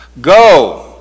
Go